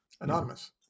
anonymous